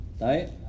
right